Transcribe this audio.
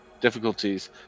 difficulties